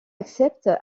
accepte